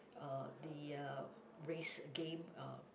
uh the a race game uh